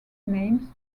names